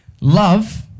Love